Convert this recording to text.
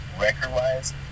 record-wise